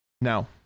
Now